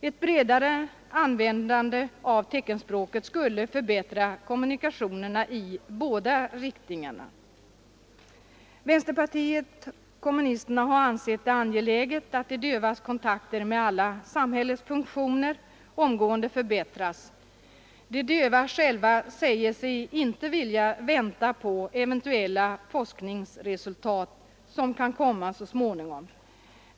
Ett bredare användande av teckenspråket skulle förbättra kommunikationerna i båda riktningarna. Vänsterpartiet kommunisterna har ansett det angeläget att de dövas kontakter med alla samhällets funktioner omgående förbättras. De döva själva säger sig inte vilja vänta på eventuella forskningsresultat som kan komma så småningom.